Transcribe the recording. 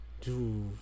dude